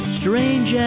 strange